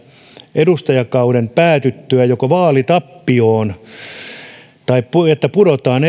edustajakauden päätyttyä vaalitappioon niin että pudotaan